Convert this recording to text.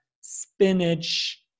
spinach